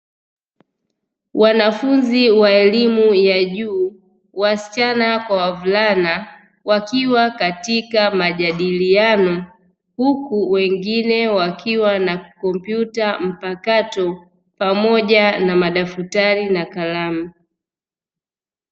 Wanafunzi wa elimu ya juu, wasichana kwa wavulana wakiwa katika majadiliano. Huku wengine wakiwa na kompyuta mpakato pamoja na madaftari na kalamu.